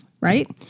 right